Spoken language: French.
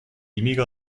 émigre